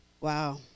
Wow